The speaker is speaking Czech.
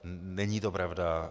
Není to pravda.